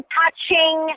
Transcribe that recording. touching